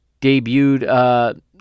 debuted